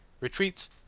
retreats